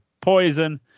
Poison